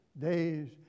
days